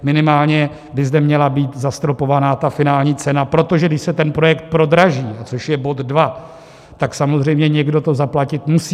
Minimálně by zde měla být zastropována finální cena, protože když se ten projekt prodraží, což je bod dva, tak samozřejmě někdo to zaplatit musí.